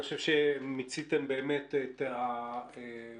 אני חושב שמיציתם באמת את הסוגיות